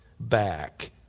back